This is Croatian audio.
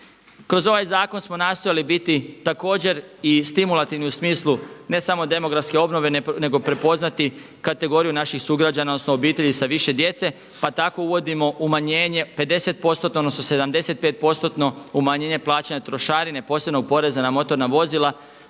Kroz ovaj zakon smo nastojali biti također i stimulativni u smislu ne samo demografske obnove nego prepoznati kategoriju naših sugrađana odnosno obitelji sa više djece. Pa tako uvodimo umanjenje 50%-tno, odnosno 75%-tno umanjenje plaća na trošarine, posebnog poreza na motorna vozila